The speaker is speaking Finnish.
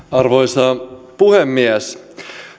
arvoisa puhemies